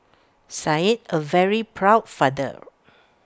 said A very proud father